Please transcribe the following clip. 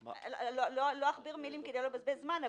לא אכביר מילים כדי לא לבזבז זמן,